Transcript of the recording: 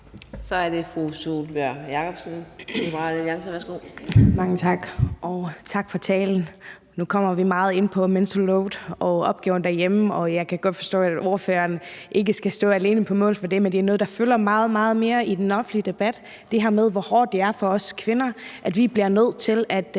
Jakobsen (LA): Mange tak, og tak for talen. Nu kommer vi meget ind på mental load og opgaverne derhjemme, og jeg kan godt forstå, at ordføreren ikke skal stå alene på mål for det. Men det er noget, der fylder mere og mere i den offentlige debat, altså det her med, hvor hårdt det er for os kvinder, at vi bliver nødt til at